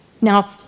Now